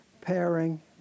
pairing